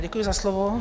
Děkuji za slovo.